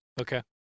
Okay